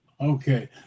Okay